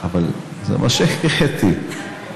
אבל זה מה שהקראתי,